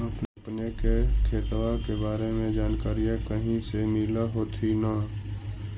अपने के खेतबा के बारे मे जनकरीया कही से मिल होथिं न?